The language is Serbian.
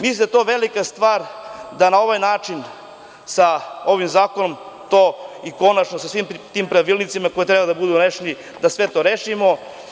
Mislim da je to velika stvar da na ovaj način sa ovim zakonom i konačno sa svim tim pravilnicima koji treba da budu doneseni, da sve to rešimo.